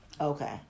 Okay